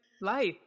life